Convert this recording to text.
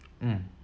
mm